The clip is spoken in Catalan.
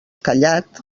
callat